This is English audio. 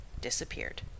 Disappeared